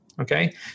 Okay